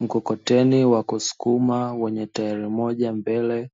Mkokoteni wa kusukuma wenye tairi moja mbele